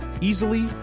easily